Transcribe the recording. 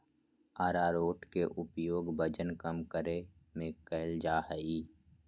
आरारोट के उपयोग वजन कम करय में कइल जा हइ